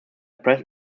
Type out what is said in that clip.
press